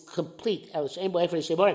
complete